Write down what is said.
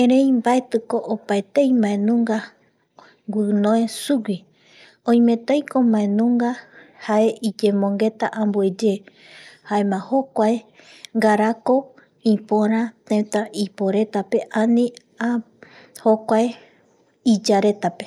erei mbaetiko opaetei mbae guinoi sugui oimetaiko mbae nunga jae iyemongeta ambueye jaema jokua ngarako ipöra tëtä iporetape ani jokuae iyaretape.